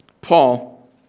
Paul